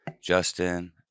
Justin